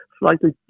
slightly